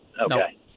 Okay